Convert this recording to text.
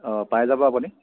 অঁ পাই যাব আপুনি